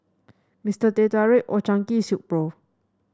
Mister Teh Tarik Old Chang Kee Silkpro